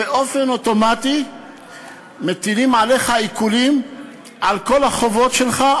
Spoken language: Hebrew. באופן אוטומטי מטילים עליך עיקולים על כל החובות שלך,